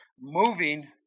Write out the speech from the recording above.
moving